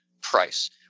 price